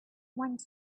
went